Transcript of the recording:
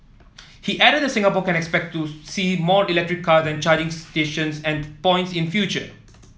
he added that Singapore can expect to see more electric car and charging stations and points in future